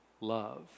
love